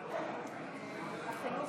הדרוזית (תיקון,